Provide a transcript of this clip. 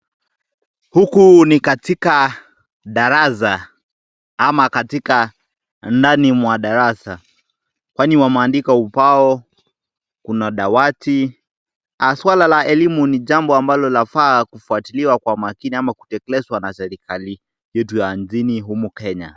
Huku ni katika darasa ama katika ndani mwa darasa kwani wameandika ubao kuna dawati. Swala la elimu ni jambo ambalo lafaa kufuatiliwa kwa makini ama kutekelezwa na serekali yetu ya nchini humu kenya.